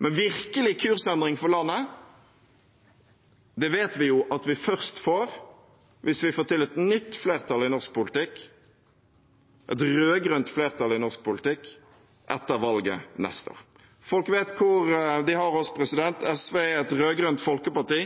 Men en virkelig kursendring for landet vet vi at vi først får hvis vi får til et nytt flertall i norsk politikk – et rød-grønt flertall i norsk politikk – etter valget neste år. Folk vet hvor de har oss. SV er et rød-grønt folkeparti